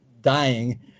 dying